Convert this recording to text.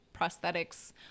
prosthetics